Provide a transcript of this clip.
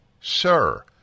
Sir